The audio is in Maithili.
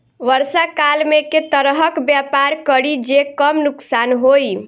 वर्षा काल मे केँ तरहक व्यापार करि जे कम नुकसान होइ?